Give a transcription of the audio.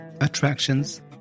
attractions